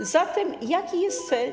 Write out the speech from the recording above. A zatem jaki jest cel?